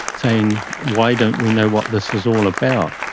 saying why don't we know what this is all about?